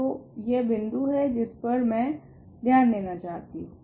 तो यह बिन्दु है जिस पर मैं ध्यान देना चाहती हूँ